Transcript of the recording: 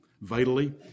Vitally